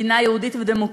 מדינה יהודית ודמוקרטית,